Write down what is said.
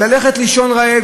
ללכת לישון רעב,